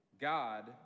God